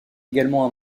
également